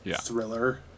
Thriller